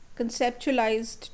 conceptualized